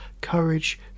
courage